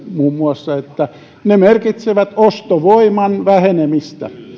muun muassa edustaja paloniemelle että ne merkitsevät ostovoiman vähenemistä